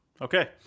Okay